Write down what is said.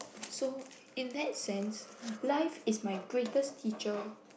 so in that sense life is my greatest teacher